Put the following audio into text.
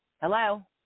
Hello